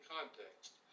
context